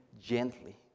gently